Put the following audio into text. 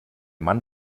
mann